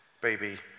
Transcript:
baby